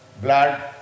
blood